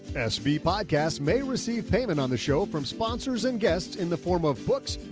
sb podcast may receive payment on the show from sponsors and guests in the form of books,